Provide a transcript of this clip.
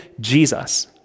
Jesus